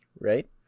right